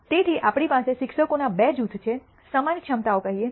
તેથી આપણી પાસે શિક્ષકોના બે જૂથો છે સમાન ક્ષમતાઓ કહીએ